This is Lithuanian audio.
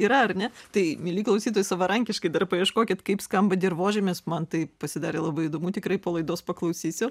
yra ar ne tai mieli klausytojai savarankiškai dar paieškokit kaip skamba dirvožemis man tai pasidarė labai įdomu tikrai po laidos paklausysiu